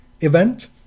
event